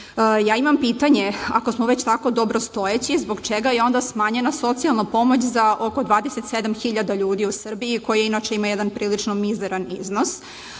imam pitanje. Ako smo već tako dobrostojeći, zbog čega je onda smanjena socijalna pomoć za oko 27.000 ljudi u Srbiji, koji inače imaju jedan prilično mizeran iznos? Drugo